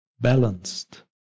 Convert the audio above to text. balanced